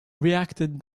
reacted